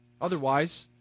Otherwise